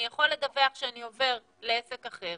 אני יכול לדווח שאני עובר לעסק אחר